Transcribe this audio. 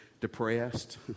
depressed